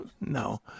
no